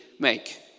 make